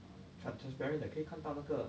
ah trans~ transparent 的可以看到那个